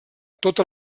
tota